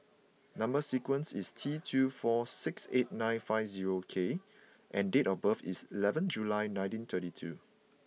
number sequence is T two four six eight nine five zero K and date of birth is eleventh July nineteen thirty two